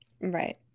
Right